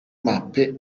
mappe